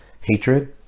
hatred